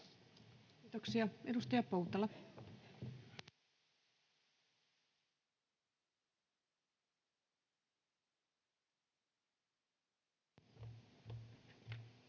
Kiitoksia. — Edustaja Poutala.